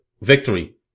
victory